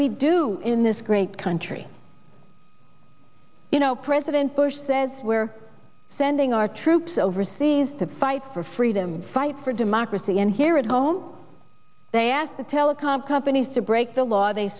we do in this great country you know president bush says we're sending our troops overseas to fight for freedom and fight for democracy and here at home they asked the telecom companies to break the law they